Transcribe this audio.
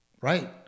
right